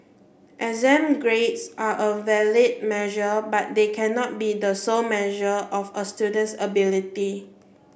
exam grades are a valid measure but they cannot be the sole measure of a student's ability